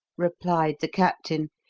replied the captain,